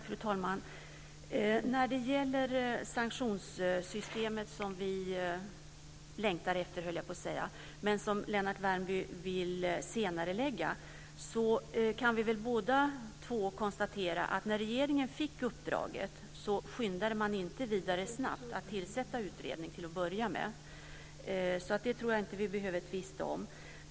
Fru talman! När det gäller det sanktionssystem som vi längtar efter, höll jag på att säga, men som Lennart Värmby vill senarelägga, kan vi väl båda två konstatera att regeringen när den fick uppdraget skyndade den inte särskilt snabbt med att tillsätta utredningen. Det tror jag inte att vi behöver tvista om.